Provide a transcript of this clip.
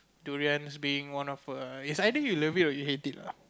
durians being one of a it's either you love it or you hate it lah